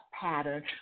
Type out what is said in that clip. pattern